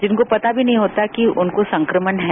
जिनको पता भी नहीं होता कि उनको संक्रमण है